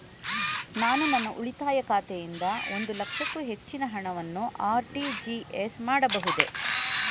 ನಾನು ನನ್ನ ಉಳಿತಾಯ ಖಾತೆಯಿಂದ ಒಂದು ಲಕ್ಷಕ್ಕೂ ಹೆಚ್ಚಿನ ಹಣವನ್ನು ಆರ್.ಟಿ.ಜಿ.ಎಸ್ ಮಾಡಬಹುದೇ?